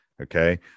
Okay